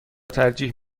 ترجیح